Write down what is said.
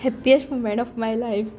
happiest movement of my life